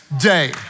day